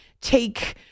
take